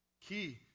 Key